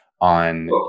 on